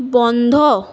বন্ধ